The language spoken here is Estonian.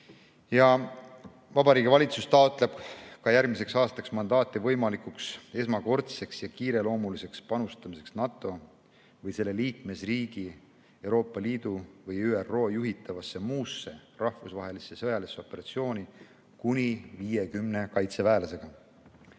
appi. Vabariigi Valitsus taotleb ka järgmiseks aastaks mandaati võimalikuks esmakordseks ja kiireloomuliseks panustamiseks NATO või selle liikmesriigi, Euroopa Liidu või ÜRO juhitavasse muusse rahvusvahelisse sõjalisse operatsiooni kuni 50 kaitseväelasega.